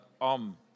Om